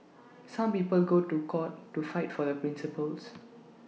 some people go to court to fight for their principles